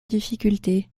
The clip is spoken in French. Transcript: difficulté